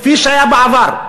כפי שהיה בעבר,